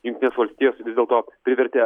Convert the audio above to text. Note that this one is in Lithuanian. jungtinės valstijos vis dėlto privertė